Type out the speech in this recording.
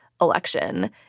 election